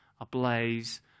ablaze